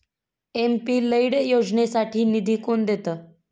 MP LAD योजनेसाठी निधी कोण देतं?